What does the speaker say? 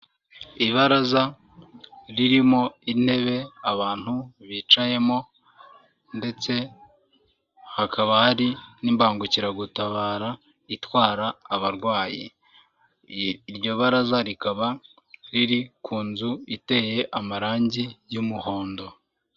Ibaraza ririmo intebe abantu bicayemo ndetse hakaba hari n'imbangukiragutabara itwara abarwayi, iryo baraza rikaba riri ku nzu iteye amarangi y'umuhondo.